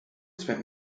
spent